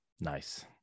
Nice